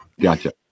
gotcha